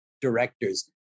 directors